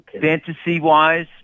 Fantasy-wise